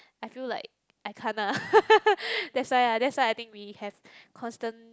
I feel like I can't ah that's why that's why we have constant